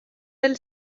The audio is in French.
elle